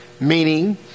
meaning